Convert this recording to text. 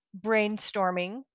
brainstorming